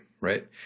Right